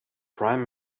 prime